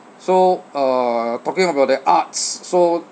so uh talking about the arts so